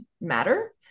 matter